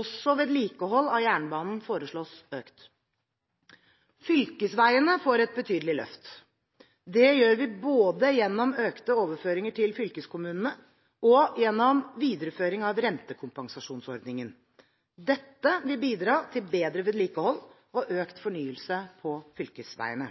Også vedlikehold av jernbanen foreslås økt. Fylkesveiene får et betydelig løft. Det gjør vi både gjennom økte overføringer til fylkeskommunene og gjennom videreføring av rentekompensasjonsordningen. Dette vil bidra til bedre vedlikehold og økt fornyelse på fylkesveiene.